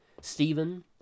Stephen